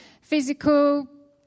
physical